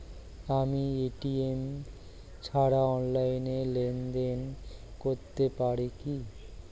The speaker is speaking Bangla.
আমি এ.টি.এম ছাড়া অনলাইনে লেনদেন করতে পারি কি?